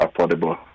affordable